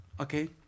okay